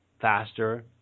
faster